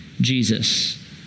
Jesus